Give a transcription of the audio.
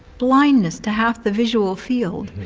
blindness to half the visual field,